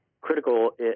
critical